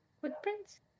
Footprints